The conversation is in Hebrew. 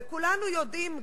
וכולנו יודעים,